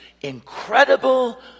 incredible